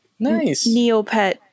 Neopet